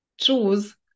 choose